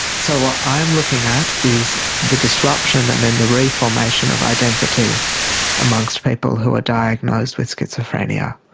so what i am looking at is the disruption and then the reformation of identity amongst people who are diagnosed with schizophrenia.